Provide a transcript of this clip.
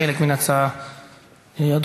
--- תגיד לי,